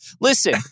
Listen